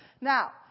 Now